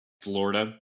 Florida